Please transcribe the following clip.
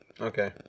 Okay